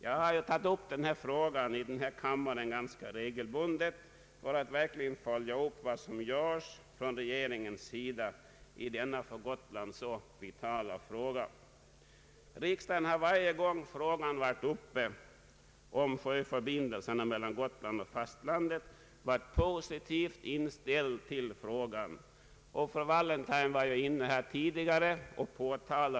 Jag har ganska regelbundet tagit upp denna fråga här i kammaren för att verkligen följa upp vad regeringen gör i denna för Gotland så vitala fråga. Riksdagen har varje gång frågan om sjöförbindelserna mellan Gotland och fastlandet varit uppe ställt sig positiv, såsom fru Wallentheim framhöll i sitt anförande tidigare här i dag.